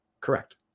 correct